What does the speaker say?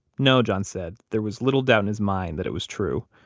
no, john said, there was little doubt in his mind that it was true.